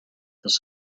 this